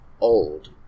old